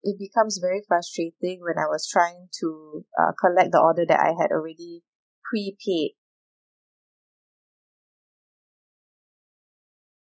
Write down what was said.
it becomes very frustrating when I was trying to uh collect the order that I had already pre paid